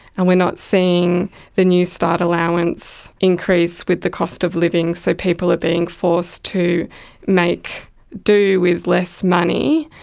and we are not seeing the newstart allowance increase with the cost of living, so people are being forced to make do with less money.